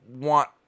want